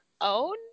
own